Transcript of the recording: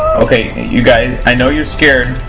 okay you guys, i know you're scared.